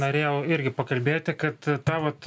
norėjau irgi pakalbėti kad ta vat